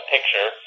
picture